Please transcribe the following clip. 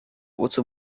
wozu